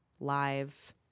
live